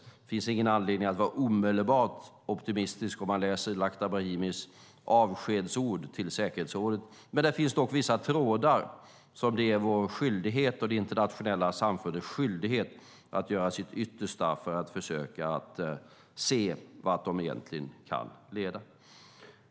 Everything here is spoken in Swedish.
Det finns ingen anledning att vara omedelbart optimistisk om man läser Lakhdar Brahimis avskedsord till säkerhetsrådet, men där finns vissa trådar och det är det internationella samfundets skyldighet att göra sitt yttersta för att se vart de kan leda.